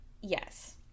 yes